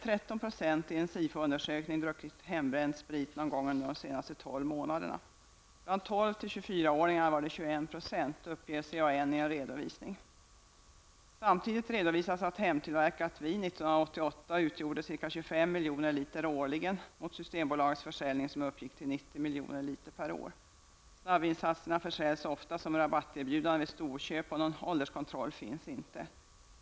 åringarna rörde det sig om 21 %, uppger CAN i en redovisning. Samtidigt redovisas att hemtillverkat vin 1988 utgjorde ca 25 miljoner liter årligen, mot miljoner liter per år. Snabbvinssatserna försäljs ofta som rabatterbjudande vid storköp och någon ålderskontroll förekommer inte.